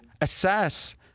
assess